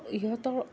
ইহঁতৰ